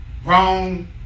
Wrong